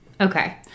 Okay